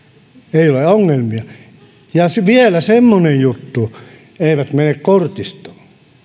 ei ole ongelmia ja vielä semmoinen juttu he eivät mene kortistoon